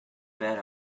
bet